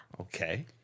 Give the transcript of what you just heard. Okay